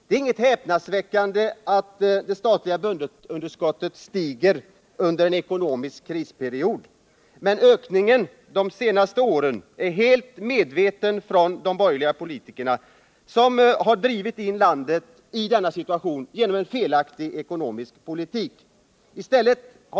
Det är inget häpnadsväckande att statliga budgetunderskott stiger under en ekonomisk krisperiod. Men ökningen under de senaste åren är helt medveten från de borgerliga politikernas sida som drivit in landet i denna situation genom en felaktig ekonomisk politik.